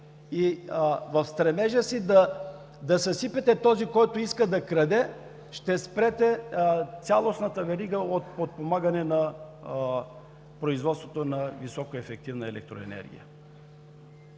и в стремежа си да съсипете този, който иска да краде, ще спрете цялостната верига от подпомагане на производството на високоефективна елекроенергия.